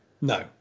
No